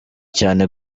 cyane